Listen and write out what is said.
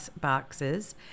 boxes